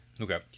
Okay